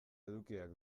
edukiak